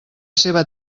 seua